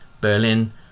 Berlin